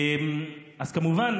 אז כמובן,